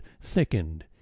second